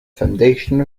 foundation